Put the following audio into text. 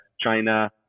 China